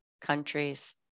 countries